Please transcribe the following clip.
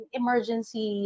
emergency